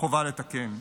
חובה לתקן.